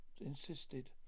insisted